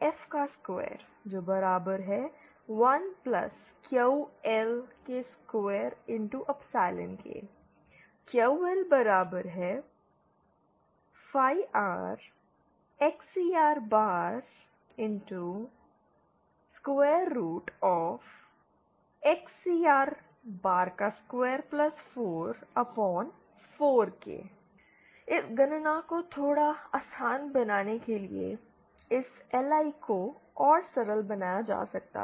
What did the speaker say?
f2 1 QL2 QL ∅rXcr Xcr244 इस गणना को थोड़ा आसान बनाने के लिए इस LI को और सरल बनाया जा सकता है